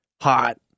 hot